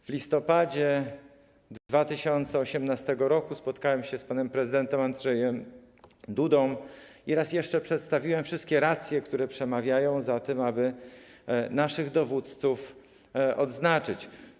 W listopadzie 2018 r. spotkałem się z panem prezydentem Andrzejem Dudą i raz jeszcze przedstawiłem wszystkie racje, które przemawiają za tym, aby naszych dowódców odznaczyć.